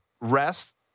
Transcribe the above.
rest